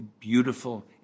beautiful